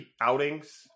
outings